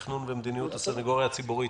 תכנון ומדיניות בסניגוריה הציבורית,